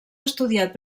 estudiat